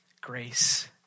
grace